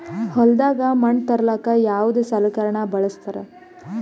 ಹೊಲದಾಗ ಮಣ್ ತರಲಾಕ ಯಾವದ ಸಲಕರಣ ಬಳಸತಾರ?